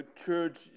church